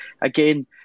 again